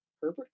Herbert